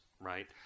right